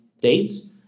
dates